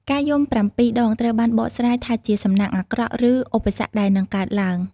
ការយំប្រាំពីរដង ត្រូវបានបកស្រាយថាជាសំណាងអាក្រក់ ឬឧបសគ្គដែលនឹងកើតឡើង។